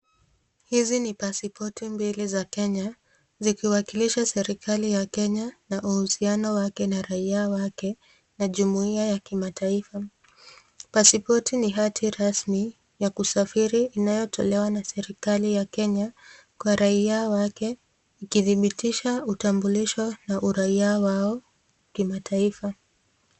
Hizi ni pasipoti mbili za Kenya, zikiwakilisha serikali ya Kenya na uhusiano wake na uraia wake na jumuia ya kimataifa. Paipoti ni hati rasmi ya kusafiri inayotolewa na serikali ya Kenya kwa raia wake ikidhibitisha utambulisho na uraia wao kimataifa.